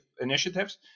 initiatives